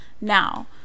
now